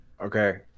Okay